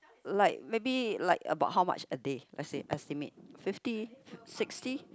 like maybe like about how much a day esti~ estimate fifty sixty